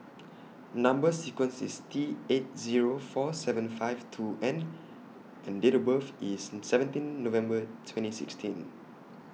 Number sequence IS T eight Zero four seven one five two N and Date of birth IS seventeen November twenty sixteen